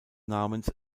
namens